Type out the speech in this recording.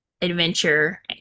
adventure